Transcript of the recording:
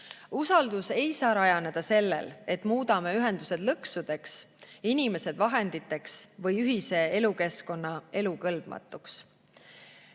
Usaldus ei saa rajaneda sellel, et muudame ühendused lõksudeks, inimesed vahenditeks või ühise elukeskkonna elukõlbmatuks.